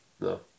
no